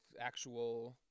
actual